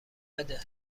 بده